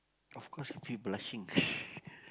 of course I feel blushing